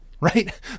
right